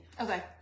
Okay